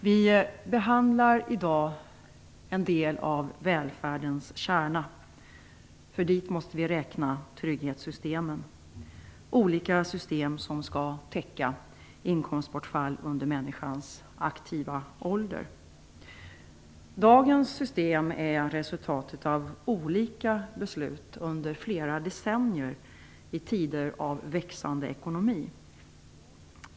Vi behandlar i dag en del av välfärdens kärna, för dit måste vi räkna trygghetssystemen; olika system som skall täcka inkomstbortfall under människans aktiva ålder. Dagens system är resultatet av olika beslut under flera decennier i tider av växande ekonomi.